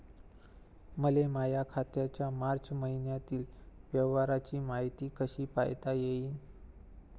मले माया खात्याच्या मार्च मईन्यातील व्यवहाराची मायती कशी पायता येईन?